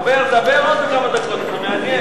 דבר עוד כמה דקות זה מעניין.